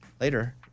later